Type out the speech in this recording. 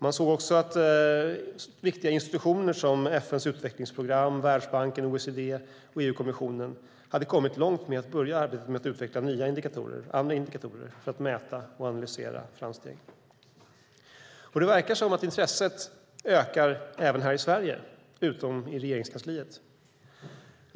Man såg också att viktiga institutioner som FN:s utvecklingsprogram, Världsbanken, OECD och EU-kommissionen hade kommit långt med att börja ett arbete med att utveckla nya och andra indikatorer för att mäta och analysera framsteg. Det verkar som att intresset ökar även här i Sverige, utom i Regeringskansliet.